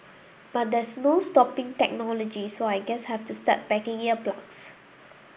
but there's no stopping technology so I guess have to start packing ear plugs